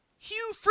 Hugh